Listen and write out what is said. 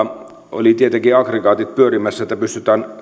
oli tietenkin aggregaatit pyörimässä että pystyttiin